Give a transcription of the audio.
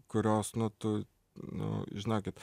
kurios nu tu nu žinokit